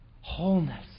wholeness